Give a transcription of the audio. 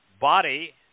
body